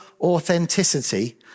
authenticity